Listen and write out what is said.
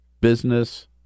business